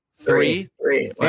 Three